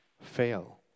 fail